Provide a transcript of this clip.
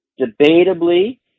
debatably